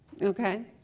Okay